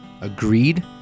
Agreed